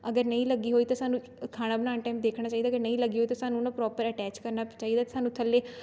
ਅਗਰ ਨਹੀਂ ਲੱਗੀ ਹੋਈ ਤਾਂ ਸਾਨੂੰ ਖਾਣਾ ਬਣਾਉਣ ਟਾਈਮ ਦੇਖਣਾ ਚਾਹੀਦਾ ਕਿ ਨਹੀਂ ਲੱਗੀ ਹੋਈ ਤਾਂ ਸਾਨੂੰ ਉਹ ਨਾਲ ਪ੍ਰੋਪਰ ਅਟੈਚ ਕਰਨਾ ਚਾਹੀਦਾ ਸਾਨੂੰ ਥੱਲੇ